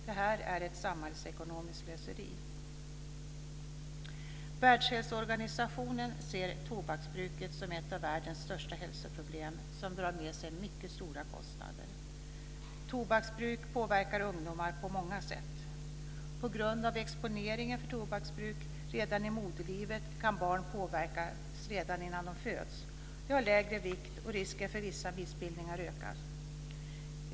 Detta är ett samhällsekonomiskt slöseri. Världshälsoorganisationen ser tobaksbruket som ett av världens största hälsoproblem som drar med sig mycket stora kostnader. Tobaksbruk påverkar ungdomar på många sätt. På grund av exponering för tobaksbruk redan i moderlivet kan barn påverkas redan innan de föds. De har lägre vikt, och risken för vissa missbildningar ökas.